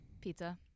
Pizza